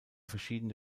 verschiedene